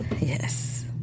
Yes